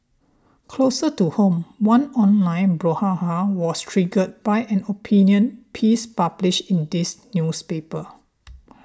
closer to home one online brouhaha was triggered by an opinion piece published in this newspaper